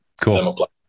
Cool